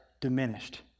diminished